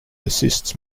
assists